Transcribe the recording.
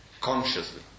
Consciously